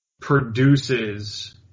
produces